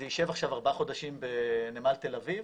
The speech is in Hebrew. זה יישב עכשיו ארבעה חודשים בנמל תל אביב